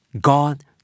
God